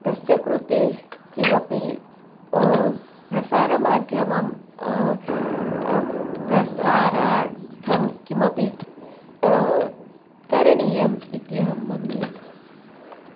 तस्य कृते किमपि प्रसारमाध्यमं प्रसारार्थं किमपि करणीयम् इति अहं मन्ये